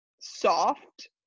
soft